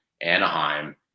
Anaheim